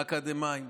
האקדמאים.